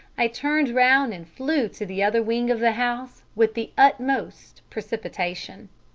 i turned round and flew to the other wing of the house with the utmost precipitation.